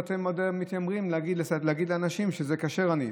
ואתם עוד מתיימרים להגיד לאנשים: כשר אני.